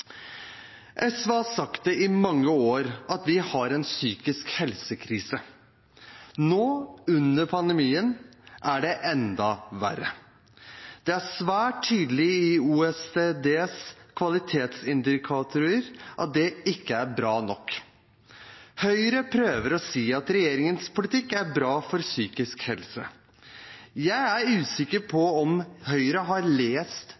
SV har sagt i mange år at vi har en psykisk helsekrise. Nå, under pandemien, er det enda verre. Det er svært tydelig i OECDs kvalitetsindikatorer at det ikke er bra nok. Høyre prøver å si at regjeringens politikk er bra for psykisk helse. Jeg er usikker på om Høyre har lest